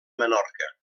menorca